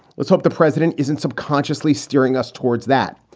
let's hope the president isn't subconsciously steering us towards that.